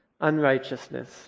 unrighteousness